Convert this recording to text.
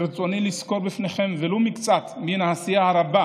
ברצוני לסקור בפניכם ולו מקצת מן העשייה הרבה,